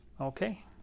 Okay